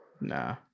Nah